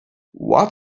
what